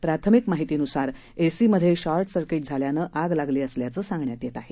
प्राथमिक माहितीनुसार एसी मध्ये शॉर्टसर्किट झाल्यानं आग लागली असल्याचं सांगण्यात येत आहे